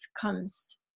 comes